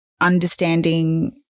understanding